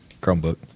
Chromebook